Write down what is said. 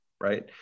right